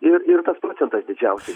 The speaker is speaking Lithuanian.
ir ir tas procentas didžiausias